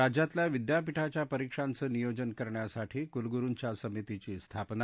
राज्यातल्या विद्यापीठाच्या परीक्षांचानियोजन करण्यासाठी कुलगुरूंच्या समितीची स्थापना